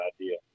idea